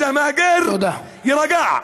אז שהמהגר יירגע.